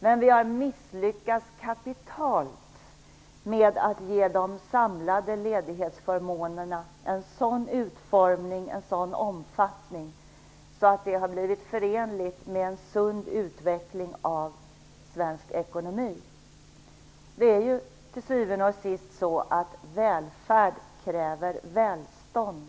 Men vi har misslyckats kapitalt med att ge de samlade ledighetsförmånerna en sådan utformning, en sådan omfattning att det har blivit förenligt med en sund utveckling av svensk ekonomi. Det är till syvende och sist på det sättet att välfärd kräver välstånd.